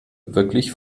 wirklich